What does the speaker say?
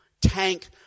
tank